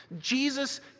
Jesus